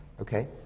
okay.